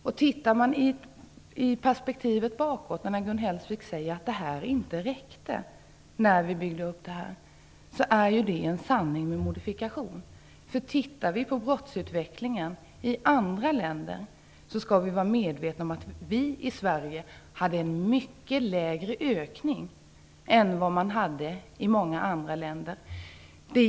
Gun Hellsvik anlägger perspektivet bakåt och säger att skyddsnätet som hade byggts upp inte räckte. Det är en sanning med modifikation, för tittar vi på brottsutvecklingen i andra länder finner vi att vi i Sverige hade en mycket mindre ökning än vad man hade i många andra länder.